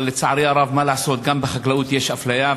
אבל, לצערי הרב, מה לעשות, גם בחקלאות יש אפליה.